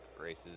races